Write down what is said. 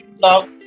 love